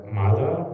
mother